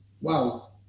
Wow